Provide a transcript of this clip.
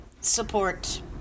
support